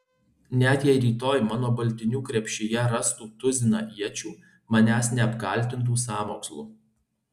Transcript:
net jei rytoj mano baltinių krepšyje rastų tuziną iečių manęs neapkaltintų sąmokslu